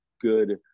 good